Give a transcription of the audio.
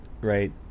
right